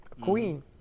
queen